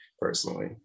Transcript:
personally